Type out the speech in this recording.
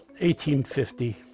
1850